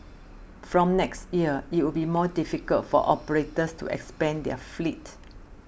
from next year it will be more difficult for operators to expand their fleet